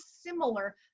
similar